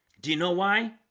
do you know why?